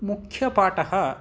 मुख्यपाठः